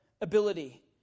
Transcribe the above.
ability